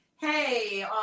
hey